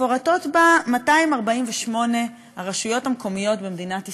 מפורטות בה 248 הרשויות המקומיות במדינת ישראל,